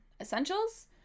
Essentials